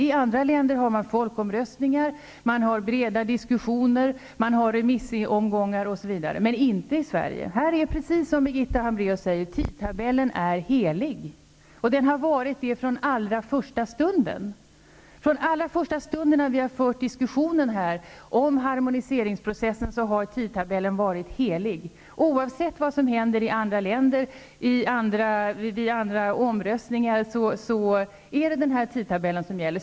I andra länder har man folkomröstningar, breda diskussioner, remissomgångar osv., men inte i Sverige. Här är, precis som Birgitta Hambraeus säger, tidtabellen helig, och den har varit det från allra första stunden. Från allra första början när vi fört diskussionen här om harmoniseringprocessen har tidtabellen varit helig. Oavsett var som händer i andra länder, vid omröstningar osv., är det denna tidtabell som gäller.